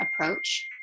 approach